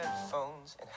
headphones